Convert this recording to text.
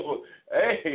Hey